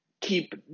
keep –